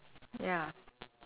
ya